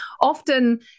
often